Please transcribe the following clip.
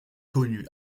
connu